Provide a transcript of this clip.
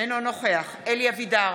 אינו נוכח אלי אבידר,